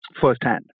firsthand